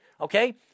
Okay